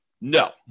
No